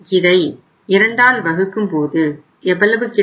இதை 2ஆல் வகுக்கும்போது எவ்வளவு கிடைக்கும்